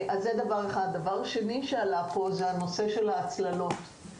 הדבר השני שעלה פה הוא הנושא של ההצללות.